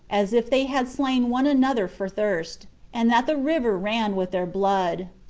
as if they had slain one another for thirst and that the river ran with their blood.